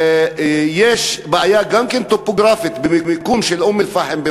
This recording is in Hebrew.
יש גם בעיה טופוגרפית באום-אלפחם.